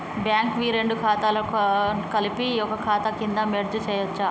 Bank వి రెండు ఖాతాలను కలిపి ఒక ఖాతా కింద మెర్జ్ చేయచ్చా?